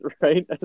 right